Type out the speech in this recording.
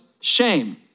shame